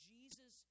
Jesus